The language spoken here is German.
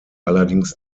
allerdings